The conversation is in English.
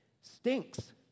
stinks